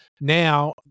now